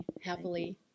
happily